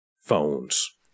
phones